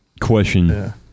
Question